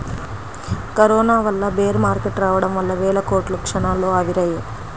corona వల్ల bear market రావడం వల్ల వేల కోట్లు క్షణాల్లో ఆవిరయ్యాయి